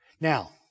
Now